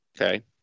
Okay